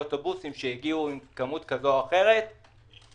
מאוטובוסים שהגיעו עם כמות כזו או אחרת של אנשים.